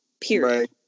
period